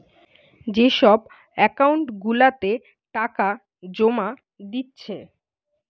যে সব একাউন্ট গুলাতে টাকা জোমা দিচ্ছে